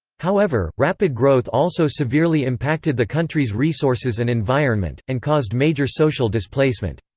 however, rapid growth also severely impacted the country's resources and environment, and caused major social displacement.